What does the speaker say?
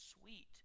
sweet